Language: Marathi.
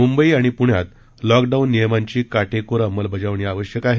मुंबई आणि पुण्यात लॅकडाऊन नियमांची कार्किोर अंमलबजावणी आवश्यक आहे